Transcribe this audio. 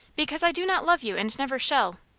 because i do not love you, and never shall,